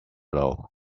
low